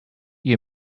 you